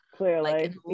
clearly